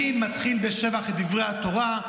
אני מתחיל בשבח את דברי התורה,